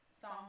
song